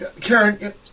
Karen